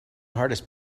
hardest